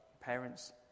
Parents